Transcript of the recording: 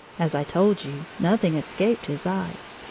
as i told you, nothing escaped his eyes.